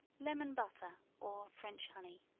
lemon butter or french honey.